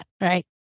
right